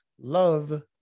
love